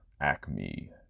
Acme